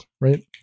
right